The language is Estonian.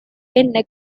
enne